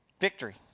Victory